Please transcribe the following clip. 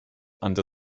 under